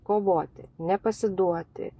kovoti nepasiduoti